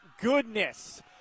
goodness